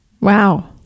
Wow